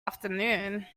afternoon